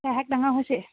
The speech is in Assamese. শাক ডাঙৰ হৈছে